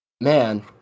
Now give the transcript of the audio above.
man